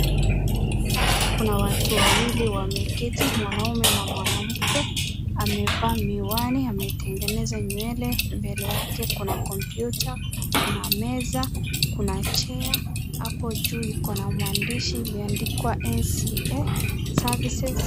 Kuna watu wawili wameketi mwanaume na mwanamke amevaa miwani ,ametengeneza nywele, mbele yake kuna komputa na meza ,kuna chair hapo juu iko na mwandishi imeandikwa NCA services.